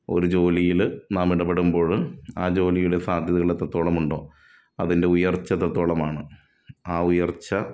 ഒരു ജോലീൽ നാം ഇടപെടുമ്പോൾ ആ ജോലീടെ സാധ്യതകൾ എത്രത്തോളം ഉണ്ടോ അതിൻ്റെ ഉയർച്ച എത്രത്തോളമാണ് ആ ഉയർച്ച